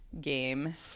game